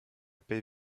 paix